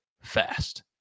fast